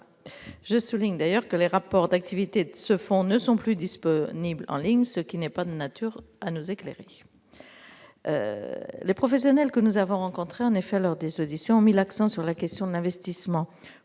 Je souligne d'ailleurs que les rapports d'activité de ce fonds ne sont plus disponibles en ligne ; ce n'est pas de nature à nous éclairer. Les professionnels que nous avons rencontrés lors des auditions ont mis l'accent sur l'investissement